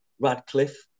Radcliffe